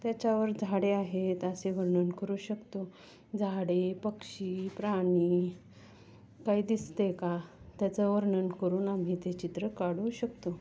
त्याच्यावर झाडे आहेत असे वर्णन करू शकतो झाडे पक्षी प्राणी काही दिसते का त्याचं वर्णन करून आम्ही ते चित्र काढू शकतो